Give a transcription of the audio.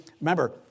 remember